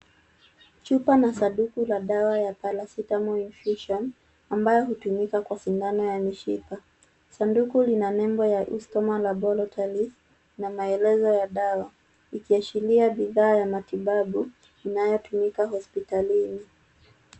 Chupa na sanduku la dawa ya paracetamol infusion ambayo hutumika kwa sindano ya mishipa. Sanduku lina nembo ya Eustoma laborotories na maelezo ya dawa ikiashiria bidhaa ya matibabu inayotumika hospitalini.